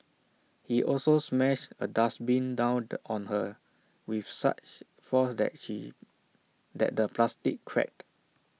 he also smashed A dustbin down on her with such force that she that the plastic cracked